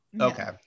Okay